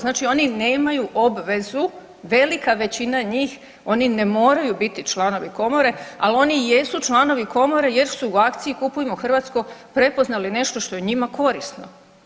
Znači oni nemaju obvezu, velika većina njih oni ne moraju biti članovi Komore, ali oni jesu članovi Komore jer su u akciji Kupujmo hrvatsko prepoznali nešto što je njima korisno.